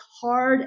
hard